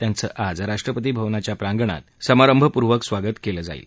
त्यांचं आज राष्ट्रपती भवनाच्या प्रांगणात समारंभपूर्वक स्वागत केलं जाईल